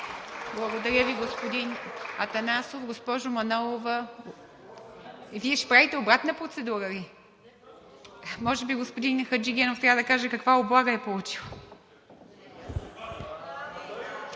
Благодаря Ви, господин Атанасов. Госпожо Манолова, Вие ще правите обратна процедура ли? Може би господин Хаджигенов трябва да каже каква облага е получил?